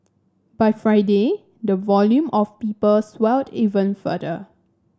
by Friday the volume of people swelled even further